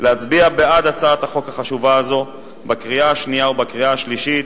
להצביע בעד הצעת החוק החשובה הזאת בקריאה שנייה ובקריאה שלישית,